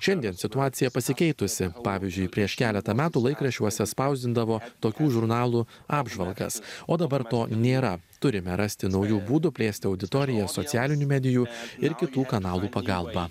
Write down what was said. šiandien situacija pasikeitusi pavyzdžiui prieš keletą metų laikraščiuose spausdindavo tokių žurnalų apžvalgas o dabar to nėra turime rasti naujų būdų plėsti auditoriją socialinių medijų ir kitų kanalų pagalba